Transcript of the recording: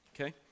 Okay